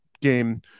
game